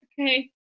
Okay